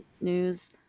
news